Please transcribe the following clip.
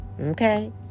Okay